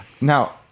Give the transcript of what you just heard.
Now